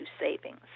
savings